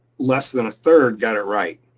less than a third got it right.